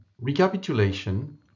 Recapitulation